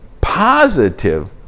positive